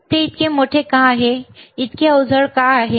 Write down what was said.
ते इतके मोठे का आहे इतके अवजड का आहे